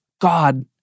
God